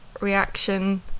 reaction